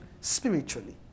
spiritually